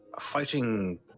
fighting